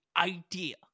idea